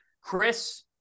Chris